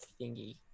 thingy